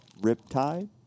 Riptide